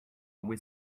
were